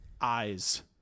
eyes